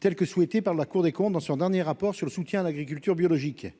telle que souhaitée par la Cour des comptes dans son dernier rapport sur le soutien à l'agriculture biologique,